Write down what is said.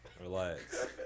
Relax